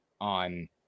on